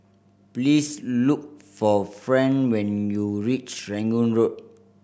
please look for Fran when you reach Serangoon Road